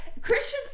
Christians